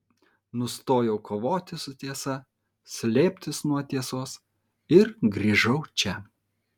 nustojau kovoti su tiesa slėptis nuo tiesos ir grįžau čia